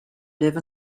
live